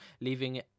leaving